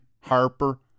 Harper